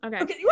Okay